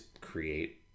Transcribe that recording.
create